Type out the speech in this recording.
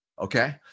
okay